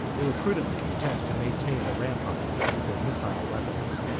they were prudently content to maintain the rampart with their missile weapons.